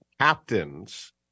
captains